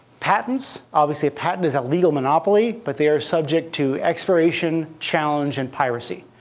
patents obviously a patent is a legal monopoly. but they are subject to expiration, challenge, and piracy.